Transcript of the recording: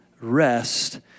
rest